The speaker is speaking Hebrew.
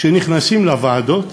כשנכנסים לוועדות,